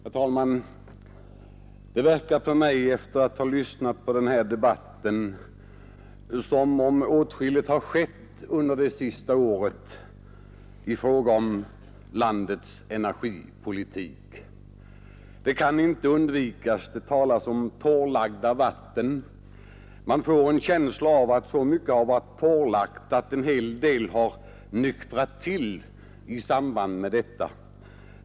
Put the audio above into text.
Herr talman! Det verkar på mig, sedan jag lyssnat på den här debatten, som om åtskilligt har skett under det senaste året i fråga om landets energipolitik. Det kan inte undvikas, när det talas om torrlagda vatten, att man får en känsla av att så mycket har varit torrlagt att en hel del har nyktrat till i samband med detta.